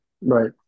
Right